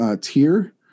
tier